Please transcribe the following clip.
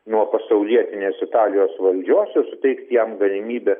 nuo pasaulietinės italijos valdžios ir suteikt jam galimybę